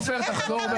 איך אתה מדבר